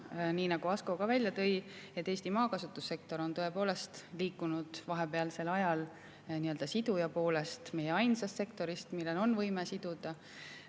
nii nagu Asko ka välja tõi, et Eesti maakasutussektor on [muutunud] vahepealsel ajal nii-öelda sidujast, meie ainsast sektorist, millel on võime siduda,